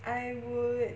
I would